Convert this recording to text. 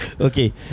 Okay